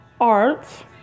arts